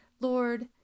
Lord